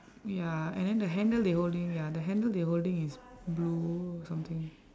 ya and then the handle they holding ya the handle they holding is blue or something